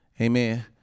Amen